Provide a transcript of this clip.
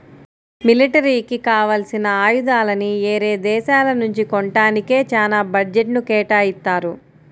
మిలిటరీకి కావాల్సిన ఆయుధాలని యేరే దేశాల నుంచి కొంటానికే చానా బడ్జెట్ను కేటాయిత్తారు